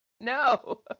no